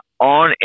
on